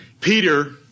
Peter